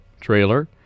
trailer